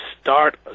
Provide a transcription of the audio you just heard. start